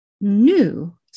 new